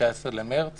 ב-19 במרץ